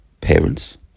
parents